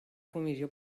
comissió